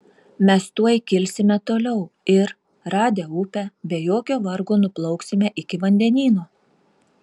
mes tuoj kilsime toliau ir radę upę be jokio vargo nuplauksime iki vandenyno